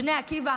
בני עקיבא,